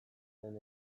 den